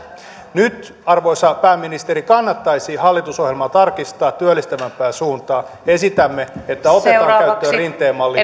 nyt arvoisa pääministeri kannattaisi hallitusohjelmaa tarkistaa työllistävämpään suuntaan esitämme että otetaan käyttöön rinteen malli